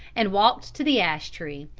and walked to the ash tree,